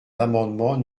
l’amendement